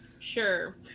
Sure